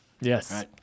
Yes